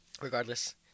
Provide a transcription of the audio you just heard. Regardless